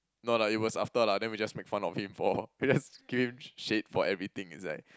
no lah it was after lah then we just make fun of him for just give him shade for everything it's like